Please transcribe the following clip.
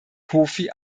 kofi